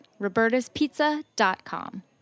Roberta'spizza.com